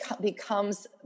becomes